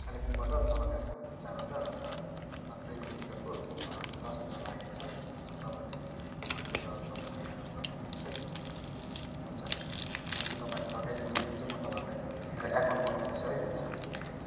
कालेबुङबाट तल गएको चार हजार अन्त ट्रेनको टिकटको दस हजार लागेको छ अनि तपाईँहरूले त्यो त तपाईँहरूले मिलाएर फर्काइदिनुहोस् है हुन्छ हुन्छ तपाईँहरूले फर्काइदिनु हुन्छ भने चाहिँ म तपाईँलाई मेरो एकाउन्ट पठाउँदैछु है हुन्छ हुन्छ